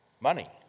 money